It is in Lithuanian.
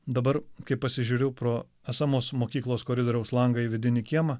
dabar kai pasižiūriu pro esamos mokyklos koridoriaus langą į vidinį kiemą